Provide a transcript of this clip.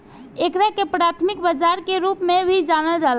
एकरा के प्राथमिक बाजार के रूप में भी जानल जाला